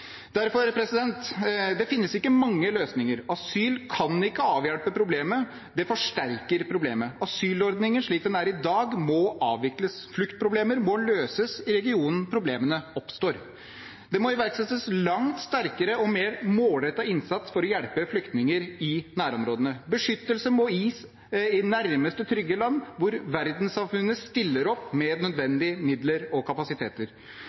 Derfor finnes det ikke mange løsninger. Asyl kan ikke avhjelpe problemet. Det forsterker problemet. Asylordningen, slik den er i dag, må avvikles. Fluktproblemer må løses i regionen der problemene oppstår. Det må iverksettes langt sterkere og mer målrettet innsats for å hjelpe flyktninger i nærområdene. Beskyttelse må gis i nærmeste trygge land hvor verdenssamfunnet stiller opp med nødvendige midler og